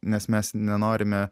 nes mes nenorime